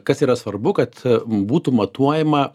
kas yra svarbu kad būtų matuojama